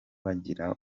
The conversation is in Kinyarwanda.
bagira